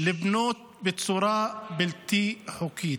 לבנות בצורה בלתי חוקית.